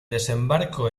desembarco